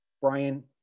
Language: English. Brian